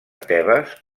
tebes